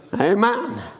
Amen